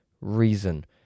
reason